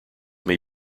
may